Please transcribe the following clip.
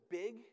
big